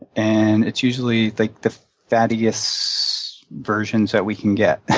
and it's usually the the fattiest versions that we can get.